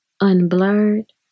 unblurred